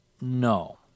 no